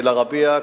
"אל-ערבייה".